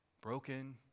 broken